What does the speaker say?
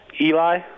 Eli –